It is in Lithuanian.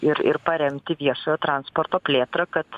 ir ir paremti viešojo transporto plėtrą kad